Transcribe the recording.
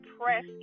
press